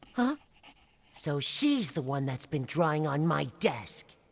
ah so she's the one that's been drawing on my desk!